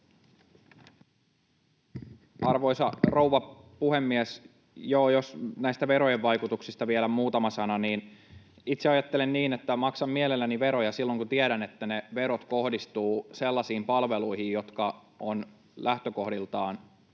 Arvoisa rouva puhemies! Jos näistä verojen vaikutuksista vielä muutama sana. Itse ajattelen niin, että maksan mielelläni veroja silloin, kun tiedän, että ne verot kohdistuvat sellaisiin palveluihin, jotka ovat lähtökohdiltaan